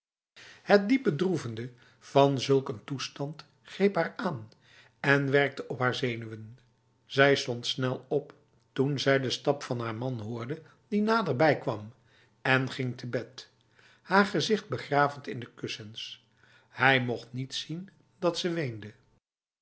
het diep bedroevende van zulk een toestand greep haar aan en werkte op haar zenuwen zij stond snel op toen zij de stap van haar man hoorde die naderbij kwam en ging te bed haar gezicht begravend in de kussens hij mocht niet zien dat ze weende